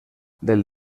del